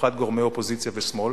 במיוחד גורמי אופוזיציה ושמאל?